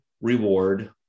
reward